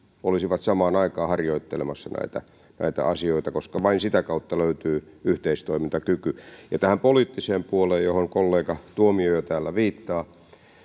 olisivat samaan aikaan harjoittelemassa näitä näitä asioita koska vain sitä kautta löytyy yhteistoimintakyky tähän poliittiseen puoleen johon kollega tuomioja viittaa